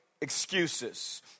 Excuses